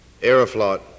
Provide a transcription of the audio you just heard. Aeroflot